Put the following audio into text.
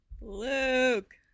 Luke